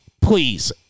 please